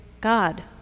God